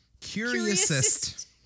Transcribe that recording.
Curiousest